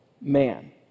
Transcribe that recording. man